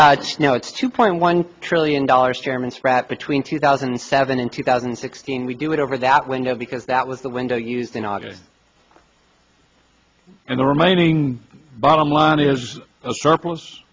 now it's two point one trillion dollars chairman spratt between two thousand and seven and two thousand and sixteen we do it over that window because that was the window used in august and the remaining bottom line is a surplus